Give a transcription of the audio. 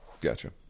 Gotcha